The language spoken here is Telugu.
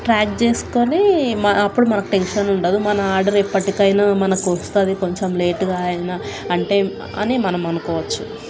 ట్రాక్ చేసుకొని అప్పుడు మనకు టెన్షన్ ఉండదు మన ఆర్డర్ ఎప్పటికైనా మనకి వస్తుంది కొంచెం లేటుగా అయినా అంటే అని మనం అనుకోవచ్చు